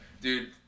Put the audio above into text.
Dude